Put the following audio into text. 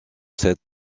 cette